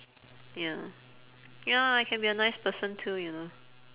ya ya I can be a nice person too you know